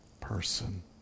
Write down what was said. person